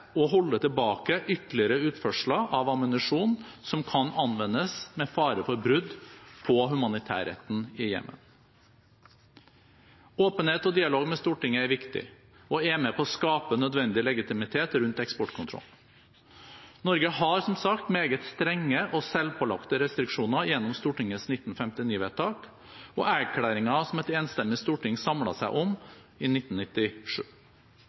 holde tilbake ytterligere utførsler av ammunisjon som kan anvendes med fare for brudd på humanitærretten i Jemen. Åpenhet og dialog med Stortinget er viktig og er med på å skape nødvendig legitimitet rundt eksportkontrollen. Norge har, som sagt, meget strenge og selvpålagte restriksjoner gjennom Stortingets 1959-vedtak og erklæringen som et enstemmig storting samlet seg om i 1997.